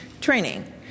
training